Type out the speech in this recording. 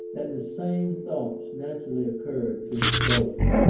that the same thoughts naturally occurred to us both.